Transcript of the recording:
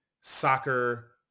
soccer